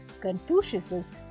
Confucius's